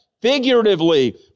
figuratively